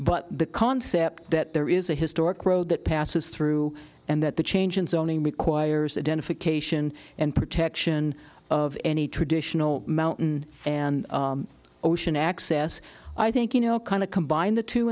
but the concept that there is a historic road that passes through and that the change in zoning requires a den of occasion and protection of any traditional mountain and ocean access i think you know kind of combine the two